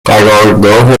قرارگاه